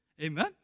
Amen